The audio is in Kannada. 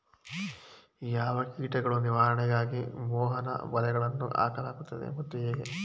ಯಾವ ಕೀಟಗಳ ನಿವಾರಣೆಗಾಗಿ ಮೋಹನ ಬಲೆಗಳನ್ನು ಹಾಕಲಾಗುತ್ತದೆ ಮತ್ತು ಹೇಗೆ?